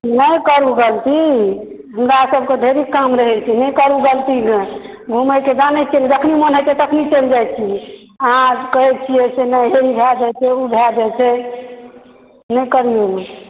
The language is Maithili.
नहि करूँ बन्द प्लीज़ हमरा सबके ढेरी काम रहै छै नहि करूँ बन्द घूमय के जानय छियै ने जखनी मोन होइ छै तखनी चलि जाइ छियै अहाँ आर कहै छियै से नहि हे ई भए जाइ छै ओ भए जाइ छै नहि करियौ